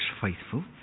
faithful